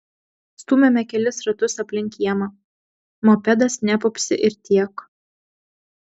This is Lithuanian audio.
stūmėme kelis ratus aplink kiemą mopedas nepupsi ir tiek